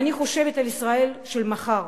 אני חושבת על ישראל של מחר,